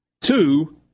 Two